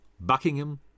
Buckingham